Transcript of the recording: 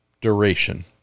duration